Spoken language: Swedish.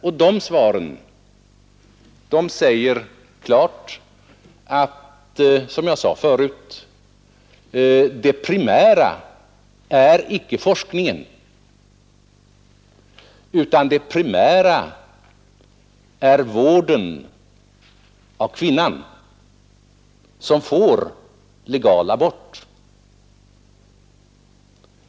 Och de svaren anger klart, som jag sade förut, att forskningen inte är det primära i detta fall, utan det primära är vården av den kvinna som får legal abort.